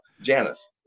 Janice